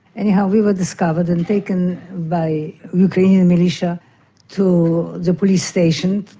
anyhow we were discovered and taken by ukrainian militia to the police station,